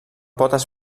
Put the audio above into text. potes